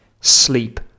sleep